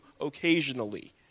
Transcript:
occasionally